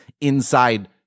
inside